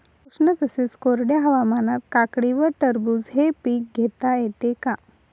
उष्ण तसेच कोरड्या हवामानात काकडी व टरबूज हे पीक घेता येते का?